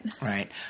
Right